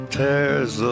tears